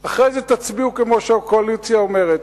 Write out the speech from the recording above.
תצביעו כמו שהקואליציה אומרת.